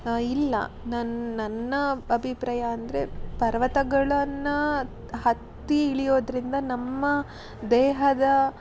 ಇಲ್ಲ ನನ್ನ ನನ್ನ ಅಭಿಪ್ರಾಯ ಅಂದರೆ ಪರ್ವತಗಳನ್ನು ಹತ್ತಿ ಇಳಿಯೋದರಿಂದ ನಮ್ಮ ದೇಹದ